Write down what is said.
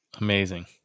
Amazing